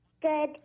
Good